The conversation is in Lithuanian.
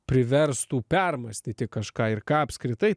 priverstų permąstyti kažką ir ką apskritai